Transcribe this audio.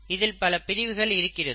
இதில் பல பிரிவுகள் இருக்கிறது